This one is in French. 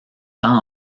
temps